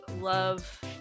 love